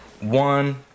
One